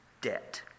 debt